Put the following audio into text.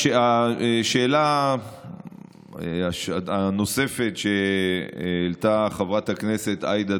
השאלה הנוספת שהעלתה חברת הכנסת עאידה